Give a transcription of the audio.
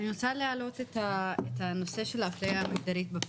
אני רוצה להעלות את הנושא של הסחיטה באיומים.